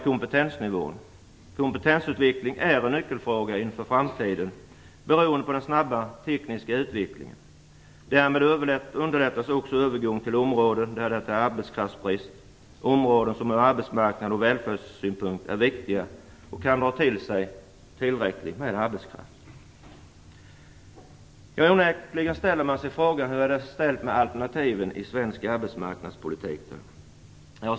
Kompetensutveckling är en nyckelfråga inför framtiden beroende på den snabba tekniska utvecklingen. Därmed underlättas också övergången till områden där det är arbetskraftsbrist. Det är områden där det ur arbetsmarknads och välfärdssynpunkt är viktigt att de kan dra till sig tillräckligt med arbetskraft. Man ställer sig onekligen frågan hur det är ställt med alternativen i svensk arbetsmarknadspolitik.